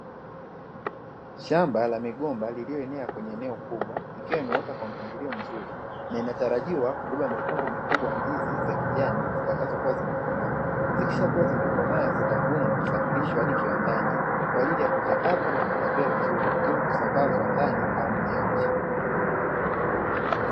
Shamba la migomba lililoenea kwenye eneo kubwa ikiwa imeota kwa mpangilio mzuri na inatarajiwa kubeba mikungu mikubwa ya ndizi za kijani zitakazo kuwa zimekomaa. Zikishakuwa zimekomaa, zitavunwa na kusafirishwa hadi kiwandani kwa ajili ya kuchakatwa na kupakiwa vizuri, ili kusambazwa ndani au nje ya nchi